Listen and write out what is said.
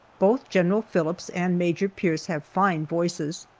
both general phillips and major pierce have fine voices.